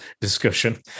discussion